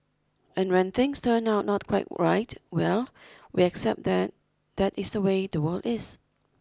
and when things turn out not quite right well we accept that that is the way the world is